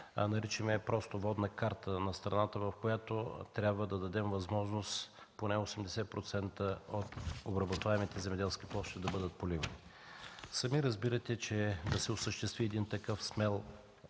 Наричаме я просто „Водна карта на страната”, в която трябва да дадем възможност поне 80% от обработваемите земеделски площи да бъдат поливни. Сами разбирате, че да се осъществи един такъв смел,